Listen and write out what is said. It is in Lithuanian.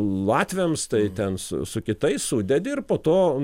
latviams tai ten su su kitais sudedi ir po to